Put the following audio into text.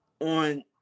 on